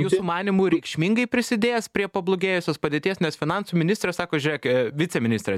jūsų manymu reikšmingai prisidėjęs prie pablogėjusios padėties nes finansų ministras sako žiūrėk a viceministre